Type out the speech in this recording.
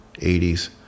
80s